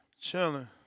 Chilling